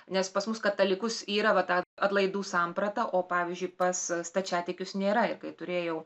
nes pas mus katalikus yra va ta atlaidų sampratą o pavyzdžiui pas stačiatikius nėra ir kai turėjau